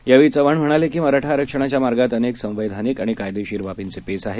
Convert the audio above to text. यावेळी चव्हाण म्हणाले की मराठा आरक्षणाच्या मार्गात अनेक संवैधानिक आणि कायदेशीर बाबींचे पेच आहेत